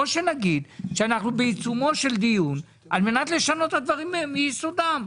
או שנגיד שאנחנו בעיצומו של דיון על מנת לשנות את הדברים מיסודם.